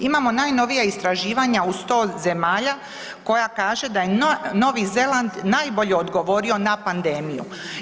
Imamo najnovija istraživanja u 100 zemalja koja kaže da je Novi Zeland najbolje odgovorio na pandemiju.